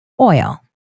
oil